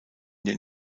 den